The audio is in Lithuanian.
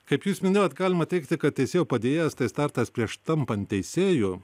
kaip jūs minėjot galima teigti kad teisėjo padėjėjas tai startas prieš tampant teisėju